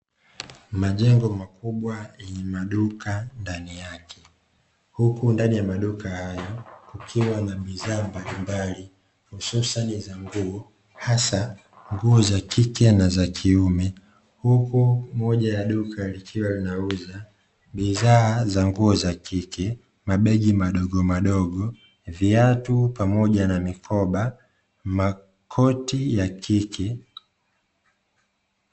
Majengo makubwa yenye maduka ndani yake. Huku ndani ya maduka hayo kukiwa na bidhaa mbalimbali hususani za nguo, hasa nguo za kike na za kiume. Huku moja ya duka likiwa linauza bidhaa za: nguo za kike, mabegi madogomadogo, viatu pamoja na mikoba makoti ya kike.